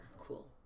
Cool